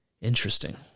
Interesting